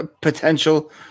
potential